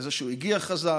על זה שהוא הגיע חזק.